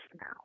now